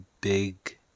big